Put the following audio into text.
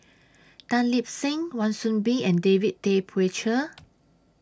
Tan Lip Seng Wan Soon Bee and David Tay Poey Cher